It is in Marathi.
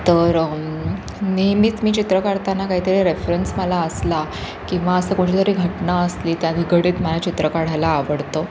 तर नेहमीच मी चित्र काढताना काही तरी रेफरन्स मला असला किंवा असं कुठली तरी घटना असली त्या निगडित मला चित्र काढायला आवडतं